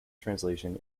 translation